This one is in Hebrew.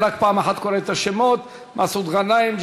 מסעוד גנאים,